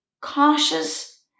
cautious